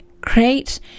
create